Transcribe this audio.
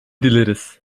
dileriz